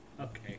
Okay